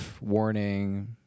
warning